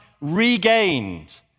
regained